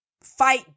fight